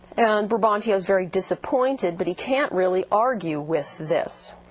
and brabantio is very disappointed, but he can't really argue with this.